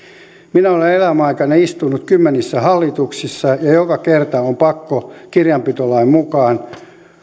minä olen elämäni aikana istunut kymmenissä hallituksissa ja joka kerta on pakko kirjanpitolain mukaan